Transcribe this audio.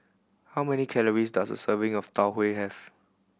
how many calories does a serving of Tau Huay have